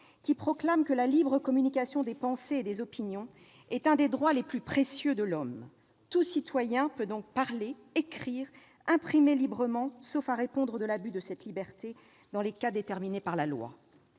qui proclame que « La libre communication des pensées et des opinions est un des droits les plus précieux de l'homme : tout citoyen peut donc parler, écrire, imprimer librement, sauf à répondre de l'abus de cette liberté dans les cas déterminés par la loi.